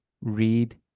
read